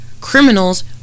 criminals